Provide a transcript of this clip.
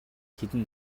хэдэн